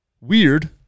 weird